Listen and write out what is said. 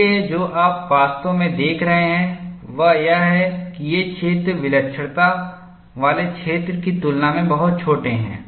इसलिए जो आप वास्तव में देख रहे हैं वह यह है कि ये क्षेत्र विलक्षणता वाले क्षेत्र की तुलना में बहुत छोटे हैं